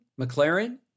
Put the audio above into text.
McLaren